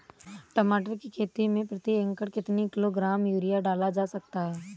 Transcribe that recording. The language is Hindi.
टमाटर की खेती में प्रति एकड़ कितनी किलो ग्राम यूरिया डाला जा सकता है?